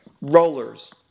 Rollers